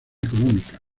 económica